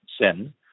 sin